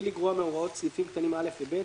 לגרוע מהוראות סעיפים קטנים (א) ו-(ב),